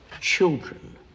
children